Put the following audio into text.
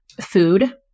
food